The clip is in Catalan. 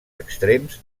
extrems